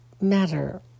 matter